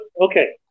Okay